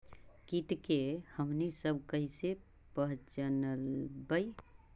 किट के हमनी सब कईसे पहचनबई?